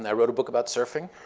yeah wrote a book about surfing.